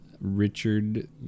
Richard